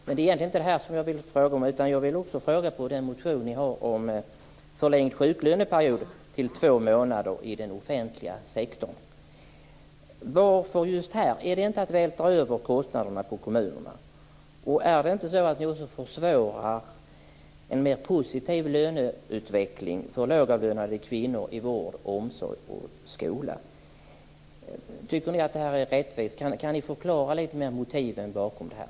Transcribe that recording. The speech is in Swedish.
Men det var inte detta som jag ville fråga om, utan jag vill ställa en fråga om den motion som ni har om förlängd sjuklöneperiod till två månader i den offentliga sektorn. Varför just i den offentliga sektorn? Är det inte att vältra över kostnaderna på kommunerna? Försvårar det inte en mer positiv löneutveckling för lågavlönade kvinnor i vård, omsorg och skola? Tycker ni att det här är rättvist? Jag skulle vilja ha en förklaring angående motiven bakom detta.